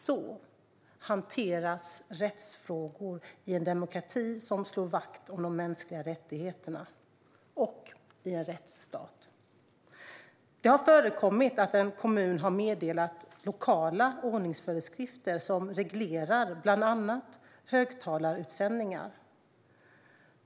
Så hanteras rättsfrågor i en demokrati som slår vakt om de mänskliga rättigheterna och i en rättsstat. Det har förekommit att en kommun har meddelat lokala ordningsföreskrifter som reglerar bland annat högtalarutsändningar.